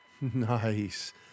Nice